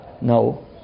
No